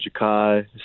Ja'Kai